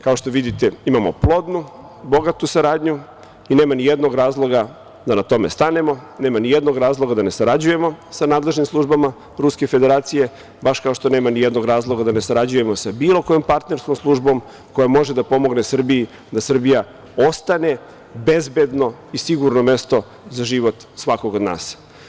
Kao što vidite, imamo plodnu, bogatu saradnju i nema ni jednog razloga da na tome stanemo, nema ni jednog razloga da ne sarađujemo sa nadležnim službama Ruske Federacije, baš kao što nema ni jednog razloga da ne sarađujemo sa bilo kojom partnerskom službom koja može da pomogne Srbiji da Srbija ostane bezbedno i sigurno mesto za život svakog od nas.